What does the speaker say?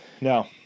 No